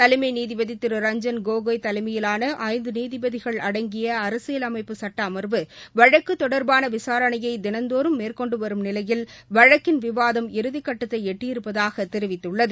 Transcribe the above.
தலைமை நீதிபதி திரு ரஞ்ஜய் கோகோய் தலைமையிலான ஐந்து நீதிபதிகள் அடங்கிய அரசியல் அமைப்புச் சட்ட அமா்வு வழக்கு தொடர்பான விசாரணையை தினந்தோறும் மேற்கொண்டு வரும் நிலையில் வழக்கின் விவாதம் இறுதிக்கட்டத்தை எட்டியிருப்பதாக தெரிவித்துள்ளது